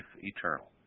eternal